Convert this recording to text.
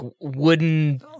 wooden